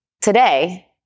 Today